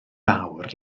fawr